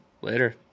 Later